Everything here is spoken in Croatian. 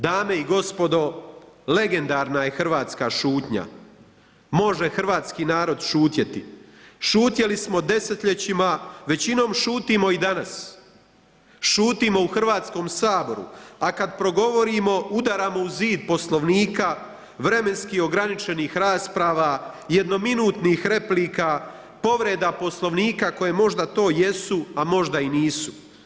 Dame i gospodo, legendarna je hrvatska šutnja, može hrvatsku narod šutjeti, šutjeli smo desetljećima, većinom šutim i danas, šutimo u Hrvatskom saboru, a kad progovorimo, udaramo u zid Poslovnika, vremenski ograničenih rasprava, jednominutnih replika, povreda Poslovnika koje možda to jesu a možda i nisu.